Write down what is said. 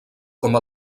com